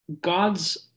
God's